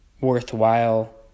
worthwhile